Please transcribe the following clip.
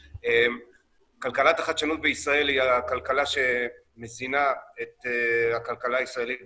כלכלת החדשנות בישראל היא הכלכלה שמזינה את הכלכלה הישראלית בכלל,